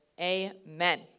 amen